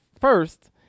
first